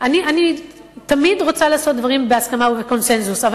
תמיד אני רוצה לעשות דברים בהסכמה ובקונסנזוס אבל